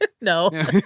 No